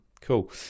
Cool